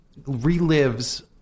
relives